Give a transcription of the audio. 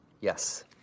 yes